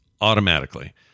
automatically